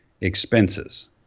expenses